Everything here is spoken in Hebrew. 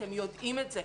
אתם יודעים את זה.